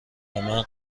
ومن